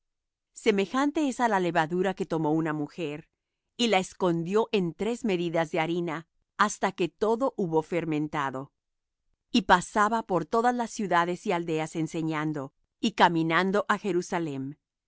semejante es á la levadura que tomó una mujer y la escondió en tres medidas de harina hasta que todo hubo fermentado y pasaba por todas las ciudades y aldeas enseñando y caminando á jerusalem